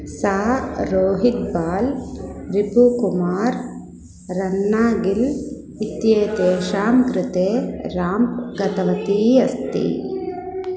सा रोहित् बाल् रिपुकुमार् रन्नागिल् इत्येतेषां कृते राम् गतवती अस्ति